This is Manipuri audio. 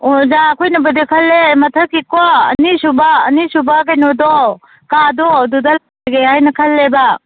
ꯑꯣ ꯑꯣꯖꯥ ꯑꯩꯈꯣꯏꯅꯕꯨꯗꯤ ꯈꯜꯂꯦ ꯃꯊꯛꯀꯤꯀꯣ ꯑꯅꯤꯁꯨꯕ ꯀꯩꯅꯣꯗꯣ ꯀꯥꯗꯣ ꯑꯗꯨꯗ ꯂꯩꯒꯦ ꯍꯥꯏꯅ ꯈꯜꯂꯦꯕ